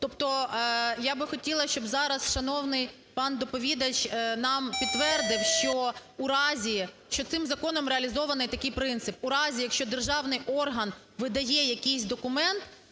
Тобто я би хотіла, щоб зараз шановний пан доповідач нам підтвердив, що у разі… що цим законом реалізований такий принцип. У разі, якщо державний орган видає якийсь документ,